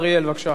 מוותר?